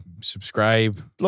subscribe